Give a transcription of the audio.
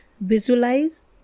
visualize